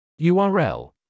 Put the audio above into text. url